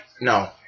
No